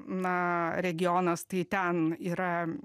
na regionas tai ten yra